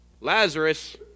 Lazarus